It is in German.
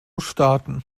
starten